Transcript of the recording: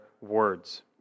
words